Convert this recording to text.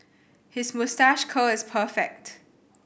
his moustache curl is perfect